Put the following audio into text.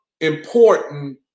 important